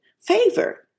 Favor